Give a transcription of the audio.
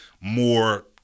more